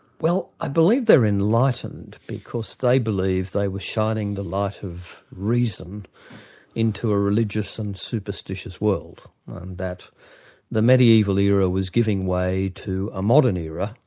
well i believe they're enlightened because they believed they were shining the light of reason into a religious and superstitious world, and that the medieval era was giving way to a modern era,